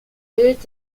bild